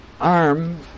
arm